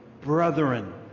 brethren